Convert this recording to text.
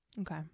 okay